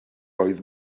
oedd